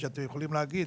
שאתם יכולים להגיד,